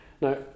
Now